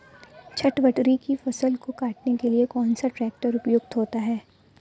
चटवटरी की फसल को काटने के लिए कौन सा ट्रैक्टर उपयुक्त होता है?